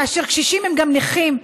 כאשר קשישים הם גם נכים,